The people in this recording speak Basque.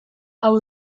hau